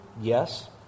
Yes